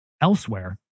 elsewhere